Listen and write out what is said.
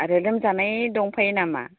आरो लोमजानाय दंफायो नामा